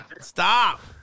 stop